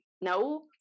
no